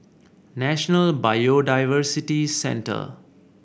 National Biodiversity Centre